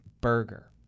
burger